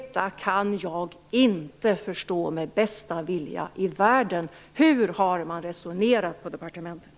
Detta kan jag inte förstå med bästa vilja i världen. Hur har man resonerat på departementet?